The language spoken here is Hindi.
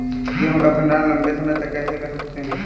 गेहूँ का भण्डारण लंबे समय तक कैसे कर सकते हैं?